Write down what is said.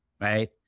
right